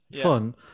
fun